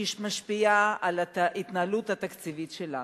משפיעה על ההתנהלות התקציבית שלנו.